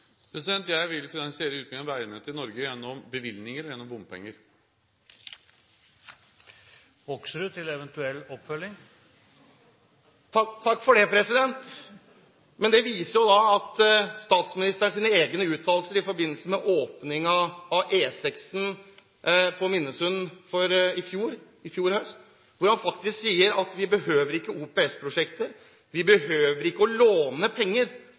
Jeg vil finansiere utbygging av veinettet i Norge gjennom bevilgninger og gjennom bompenger. Representanten Bård Hoksrud – til eventuell oppfølging … Takk for det, president! Jeg viser til statsministerens egne uttalelser i forbindelse med åpningen av E6 på Minnesund i fjor høst, der han faktisk sier at vi ikke behøver OPS-prosjekter, vi behøver ikke å låne penger – altså, vi behøver ikke OPS-samarbeid, vi behøver ikke å låne penger,